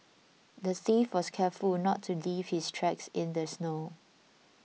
the thief was careful not to leave his tracks in the snow